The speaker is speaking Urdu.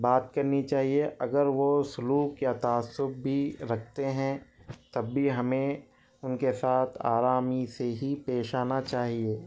بات کرنی چاہیے اگر وہ سلوک یا تعصب بھی رکھتے ہیں تب بھی ہمیں ان کے ساتھ آرام سے ہی پیش آنا چاہیے